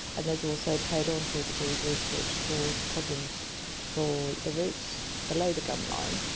and there's also periodontal diseases which cause problems for the roots below the gum line.